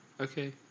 Okay